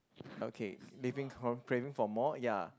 okay leaving craving for more ya